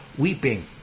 weeping